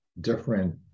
different